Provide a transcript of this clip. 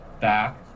back